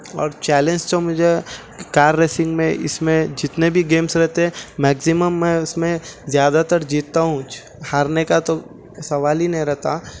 اور چیلنج تو مجھے کار ریسنگ میں اس میں جتنے بھی گیمس رہتے ہیں میگزیمم میں اس میں زیادہ تر جیتتا ہوں ہارنے کا تو کوئی سوال ہی نہیں رہتا